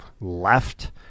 left